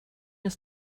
his